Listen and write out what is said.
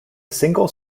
single